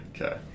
Okay